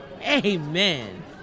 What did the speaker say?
Amen